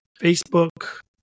Facebook